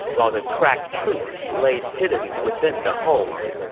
while the crack troops laid hidden within the hulls.